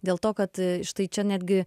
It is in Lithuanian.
dėl to kad štai čia netgi